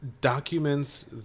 Documents